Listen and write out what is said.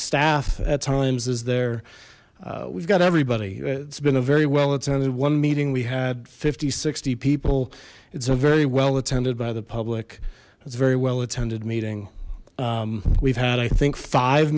staff at times is there we've got everybody it's been a very well attended one meeting we had fifty sixty people it's a very well attended by the public it's very well attended meeting we've had i think five